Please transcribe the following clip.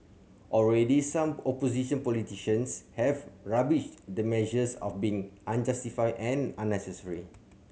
already some opposition politicians have rubbished the measures of being unjustified and unnecessary